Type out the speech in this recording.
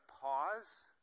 pause